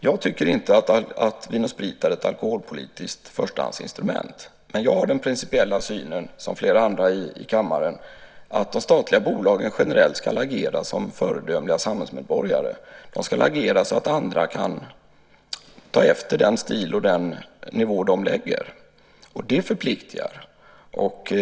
Jag tycker inte att Vin & Sprit är ett alkoholpolitiskt förstahandsinstrument, men jag har samma principiella syn som flera andra i kammaren, att de statliga bolagen generellt ska agera som föredömliga samhällsmedborgare. De ska agera så att andra kan ta efter den stil och den nivå de lägger sig på, och det förpliktar.